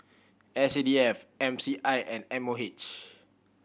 S C D F M C I and M O H